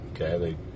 okay